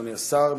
אדוני השר,